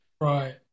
Right